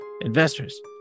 Investors